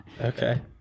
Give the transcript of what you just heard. Okay